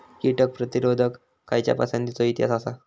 कीटक प्रतिरोधक खयच्या पसंतीचो इतिहास आसा?